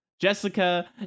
Jessica